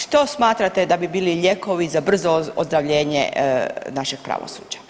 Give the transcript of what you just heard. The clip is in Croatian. Što smatrate da bi bili lijekovi za brzo ozdravljenje našeg pravosuđa?